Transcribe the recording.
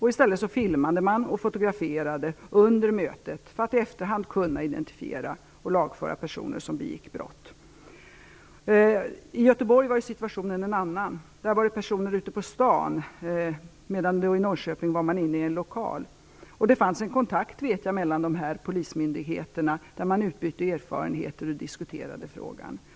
I stället filmade man och fotograferade under mötet för att i efterhand kunna identifiera och lagföra personer som begick brott. I Göteborg var situationen en annan. Där gällde det personer ute på stan, medan de i Norrköping var inne i en lokal. Jag vet att det fanns kontakt mellan polismyndigheterna, och man utbytte erfarenheter och diskuterade frågan.